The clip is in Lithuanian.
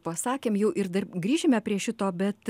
pasakėm jau ir grįšime prie šito bet